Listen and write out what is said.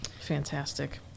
fantastic